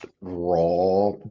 raw